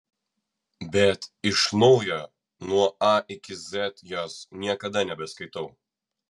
bet iš naujo nuo a iki z jos niekada nebeskaitau